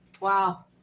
Wow